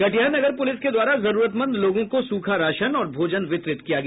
कटिहार नगर पुलिस के द्वारा जरूरतमंद लोगों को सूखा राशन और भोजन वितरित किया गया